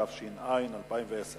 התש"ע 2010. חוק זכויות הסטודנט (תיקון מס' 2),